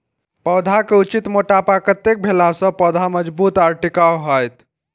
पौधा के उचित मोटापा कतेक भेला सौं पौधा मजबूत आर टिकाऊ हाएत?